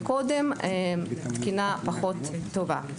קודם, תקינה פחות טובה.